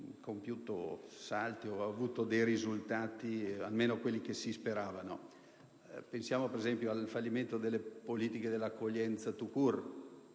compiuto salti o avuto dei risultati, almeno quelli che si speravano. Pensiamo, per esempio, al fallimento delle politiche dell'accoglienza *tout